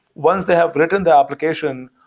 once they have written the application,